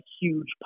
huge